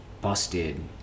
busted